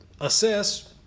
assess